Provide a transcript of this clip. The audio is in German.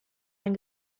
ein